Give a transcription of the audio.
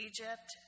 Egypt